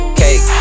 cake